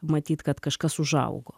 matyt kad kažkas užaugo